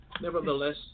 nevertheless